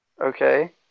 Okay